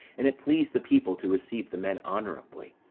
and it pleased the people to receive the men honourably,